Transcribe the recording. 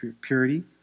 purity